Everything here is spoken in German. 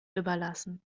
überlassen